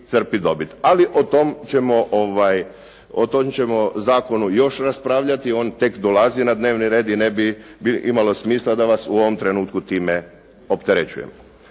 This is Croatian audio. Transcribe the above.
ali o tom ćemo zakonu još raspravljati, on tek dolazi na dnevni red i ne bi imalo smisla da vas u ovome trenutku time opterećujem.